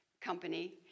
company